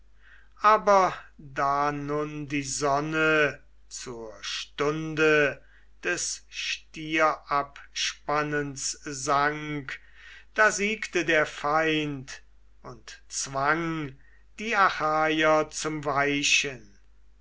aber da nun die sonne zur stunde des stierabspannens sank da siegte der feind und zwang die achaier zum weichen